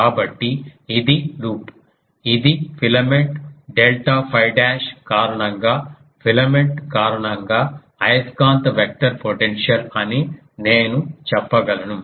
కాబట్టి ఇది లూప్ ఇది ఫిలమెంట్ డెల్టా 𝛟 డాష్ కారణంగా ఫిలమెంట్ కారణంగా అయస్కాంత వెక్టర్ పొటెన్షియల్ అని నేను చెప్పగలను